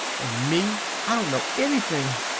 and me, i don't know anything.